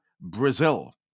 Brazil